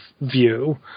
view